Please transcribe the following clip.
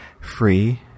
free